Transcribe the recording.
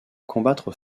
combattre